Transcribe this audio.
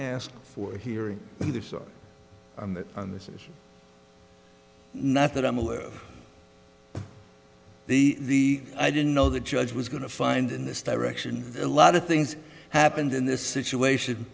ask for hearing either so on this is not that i'm aware the i didn't know the judge was going to find in this direction a lot of things happened in this situation